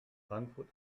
frankfurt